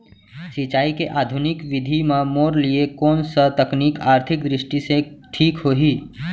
सिंचाई के आधुनिक विधि म मोर लिए कोन स तकनीक आर्थिक दृष्टि से ठीक होही?